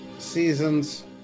seasons